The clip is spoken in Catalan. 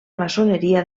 maçoneria